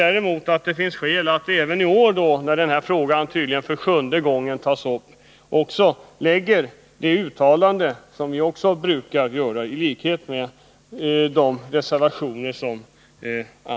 Däremot anser vi att det även i år, när nu denna fråga tas upp för sjunde gången, finns skäl att lägga ett särskilt yrkande på samma sätt som andra partier framför reservationer.